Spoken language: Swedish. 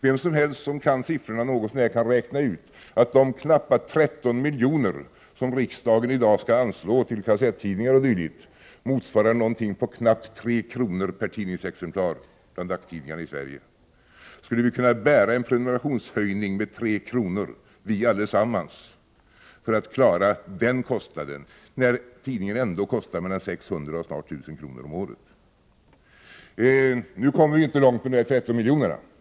Vem som helst som kan siffrorna väl kan räkna ut att de knappa 13 miljoner som riksdagen i dag skall anslå till kassettidningar o.d. motsvarar någonting på knappt 3 kr. per tidningsexemplar bland dagstidningar i Sverige. Skall vi allesammans kunna bära en prenumerationshöjning med 3 kr. för att klara den kostnaden, när tidningen ändå kostar mellan 600 och närmare 1 000 kr. om året? Nu kommer vi inte långt med dessa 13 miljoner.